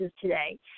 today